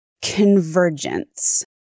convergence